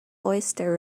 oyster